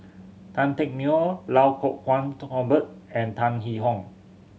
Tan Teck Neo Iau Kuo Kwong Robert and Tan Yee Hong